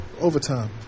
Overtime